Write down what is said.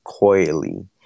coily